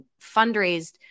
fundraised